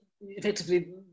effectively